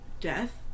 death